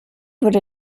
wurde